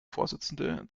vorsitzende